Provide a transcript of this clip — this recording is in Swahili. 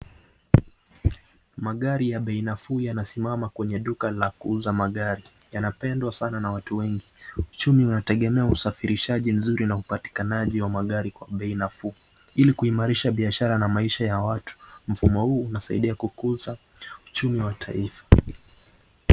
Magari ya bei nafuu yanasimama kwenye duka la kuuza magari. Yanapendwa sana na watu wengi. Uchumi unategemea usafirishaji mzuri na upatikanaji wa magari kwa bei nafuu, ili kuimarisha biashara na maisha ya watu. Mfumo huu unasaidia kukuza uchumi wa taifa.